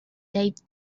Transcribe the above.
taped